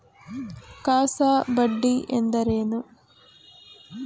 CASA ಬಡ್ಡಿ ಎಂದರೇನು?